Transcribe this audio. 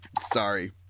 sorry